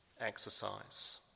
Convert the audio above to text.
exercise